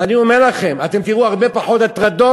ואני אומר לכם, אתם תראו הרבה פחות הטרדות